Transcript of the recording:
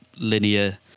linear